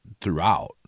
throughout